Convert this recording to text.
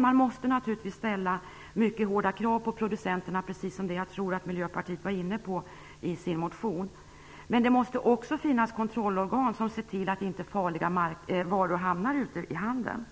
Man måste naturligtvis ställa mycket hårda krav på producenterna, precis som jag tror att Miljöpartiet var inne på i sin motion. Men det måste också finnas kontrollorgan som ser till att farliga varor inte hamnar ute i handeln.